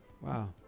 Wow